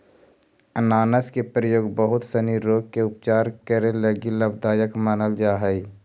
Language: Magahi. अनानास के प्रयोग बहुत सनी रोग के उपचार करे लगी लाभदायक मानल जा हई